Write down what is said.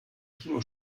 kino